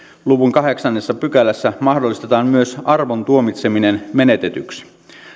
luvun kahdeksannessa pykälässä mahdollistetaan myös arvon tuomitseminen menetetyksi